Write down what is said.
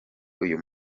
uyu